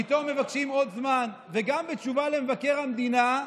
פתאום מבקשים עוד זמן, וגם בתשובה למבקר המדינה,